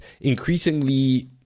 increasingly